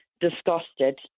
disgusted